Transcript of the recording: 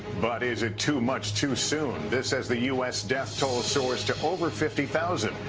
but is it too much too soon? this as the u s. death toll sores to over fifty thousand.